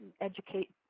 educate